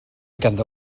ganddo